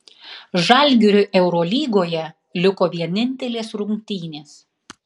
žalgiriui eurolygoje liko vienintelės rungtynės